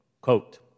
quote